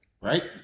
right